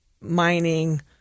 mining